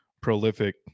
prolific